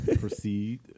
Proceed